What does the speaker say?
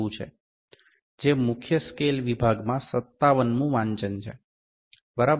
90 છે જે મુખ્ય સ્કેલ વિભાગ માં 57મુ વાંચન છે બરાબર